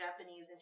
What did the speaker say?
Japanese